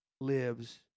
lives